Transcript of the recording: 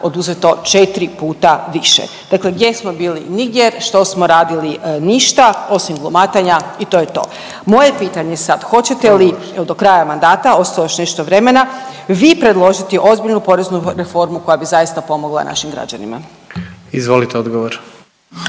oduzeto četri puta više. Dakle gdje smo bili? Nigdje. Što smo radili? Ništa osim glumatanja i to je to. Moje je pitanje sad, hoćete li jel do kraja mandata ostalo je još nešto vremena vi predložiti ozbiljnu poreznu reformu koja bi zaista pomogla našim građanima? **Jandroković,